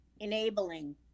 enabling